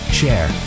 share